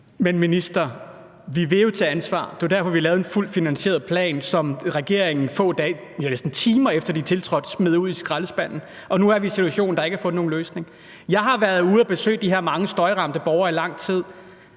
Men minister, vi vil jo tage ansvar. Det var derfor vi lavede en fuldt finansieret plan, som regeringen, få dage, ja, næsten timer efter den tiltrådte, smed i skraldespanden. Nu er vi i en situation, hvor der ikke er fundet nogen løsning. Jeg har været ude at besøge de her mange støjramte borgere i lang tid.